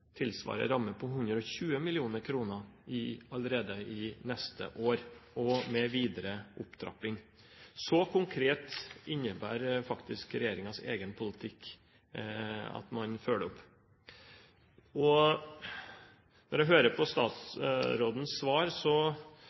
på 120 mill. kr allerede neste år, med videre opptrapping. Så konkret er faktisk regjeringens egen politikk, som innbærer at man følger opp. Når jeg hører på statsrådens svar,